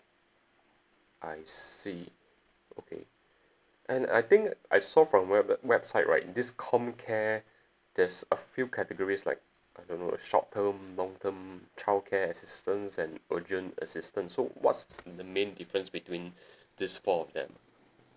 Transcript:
I see okay and I think I saw from web~ web~ website right this comcare there's a few categories like I don't know a short term long term childcare assistance and urgent assistance so what's um the main difference between these four of them